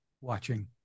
watching